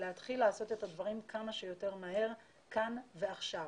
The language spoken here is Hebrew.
להתחיל לעשות את הדברים כמה שיותר מהר כאן ועכשיו.